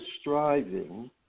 striving